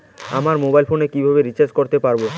আমার mobile phone কিভাবে recharge করতে পারব?